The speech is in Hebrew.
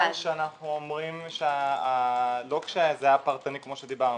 מדובר שאנחנו אומרים שלא שזה היה פרטני כמו שדיברנו.